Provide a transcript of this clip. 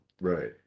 Right